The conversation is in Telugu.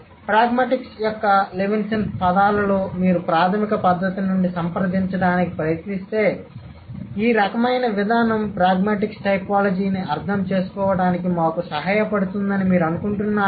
ప్రాగ్మాటిక్స్ యొక్క లెవిన్సన్ పదాలలో మీరు ప్రాథమిక పద్ధతి నుండి సంప్రదించడానికి ప్రయత్నిస్తే ఈ రకమైన విధానం ప్రాగ్మాటిక్స్ టైపోలాజీని అర్థం చేసుకోవడానికి మాకు సహాయపడుతుందని మీరు అనుకుంటున్నారా